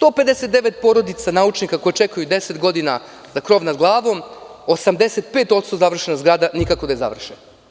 150 porodica naučnika koje čekaju 10 godina na krov nad glavom, 85% je završena zgrada, nikako da završe.